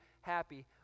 happy